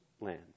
land